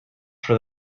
for